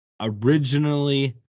originally